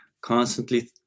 constantly